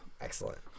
Excellent